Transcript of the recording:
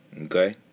okay